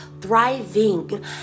thriving